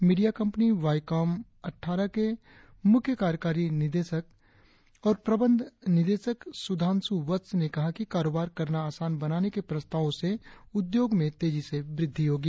media company Viacom अटठारह के मुख्य कार्यकारी अधिकारी और प्रबंध निदेशक सुधांशु वत्स ने कहा कि कारोबार करना आसान बनाने के प्रस्तावों से उद्योग में तेजी से वृद्धि होगी